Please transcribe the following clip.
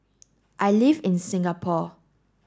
I live in Singapore